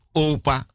opa